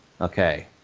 okay